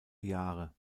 jahre